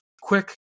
quick